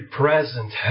present